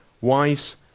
Wives